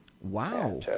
Wow